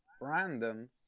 random